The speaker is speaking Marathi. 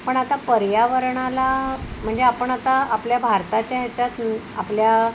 पण आता पर्यावरणाला म्हणजे आपण आता आपल्या भारताच्या ह्याच्यात आपल्या